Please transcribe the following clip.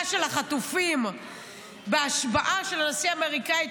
של החטופים בהשבעה של הנשיא האמריקאי,